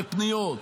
בפניות: